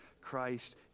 Christ